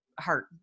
heart